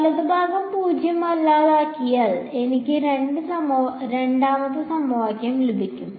വലതുഭാഗം പൂജ്യമല്ലാതാക്കിയാൽ എനിക്ക് രണ്ടാമത്തെ സമവാക്യം ലഭിക്കും